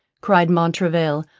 cried montraville,